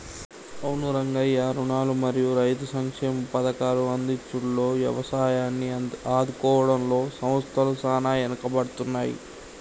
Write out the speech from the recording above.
అవును రంగయ్య రుణాలు మరియు రైతు సంక్షేమ పథకాల అందించుడులో యవసాయాన్ని ఆదుకోవడంలో సంస్థల సాన ఎనుకబడుతున్నాయి